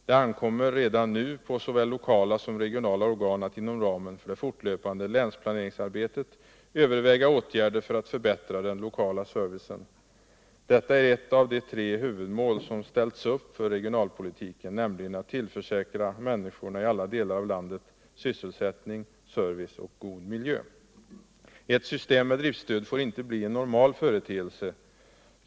Det ankommer redan nu på såväl lokala som regionala organ att inom ramen för det fortlöpande länsplaneringsarbetet överväga åtgärder för att förbättra den lokala servicen. Det är ett av de tre huvudmål som ställts upp för regionalpolitiken, nämligen att tillförsäkra människorna i alla delar av landet sysselsättning, service och god miljö. Ett system med driftstöd får inte bli en normal företeelse.